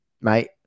mate